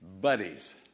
buddies